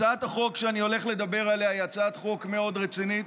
הצעת החוק שאני הולך לדבר עליה היא הצעת חוק מאוד רצינית.